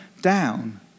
down